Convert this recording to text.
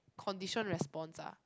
condition response lah